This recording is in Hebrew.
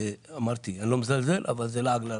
אני לא מזלזל בזה, אבל זה לעג לרש.